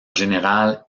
général